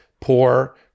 poor